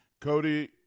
Cody